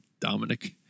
Dominic